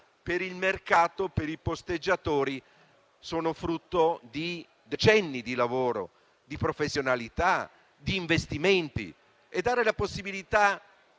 per il mercato dei posteggiatori sono frutto di decenni di lavoro, di professionalità, di investimenti. Dobbiamo dare la possibilità